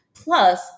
Plus